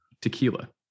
tequila